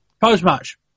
post-match